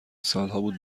سالهابود